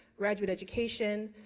graduate education,